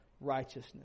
righteousness